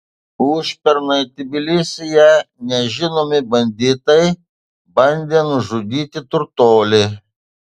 užpernai tbilisyje nežinomi banditai bandė nužudyti turtuolį